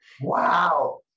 Wow